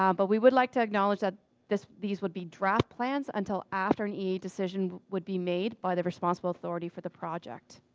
um but we would like to acknowledge that these would be draft plans until after an ea decision would be made by the responsible authority for the project.